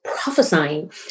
prophesying